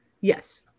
Yes